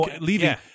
leaving